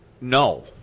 no